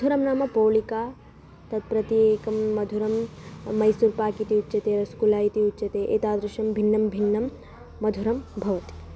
मधुरं नाम पोळिका तत् प्रति एकं मधुरं मैसूर् पाक् इति उच्यते रस्गुल्ला इति उच्यते एतादृशं भिन्नं भिन्नं मधुरं भवति